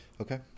Okay